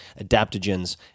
adaptogens